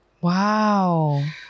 Wow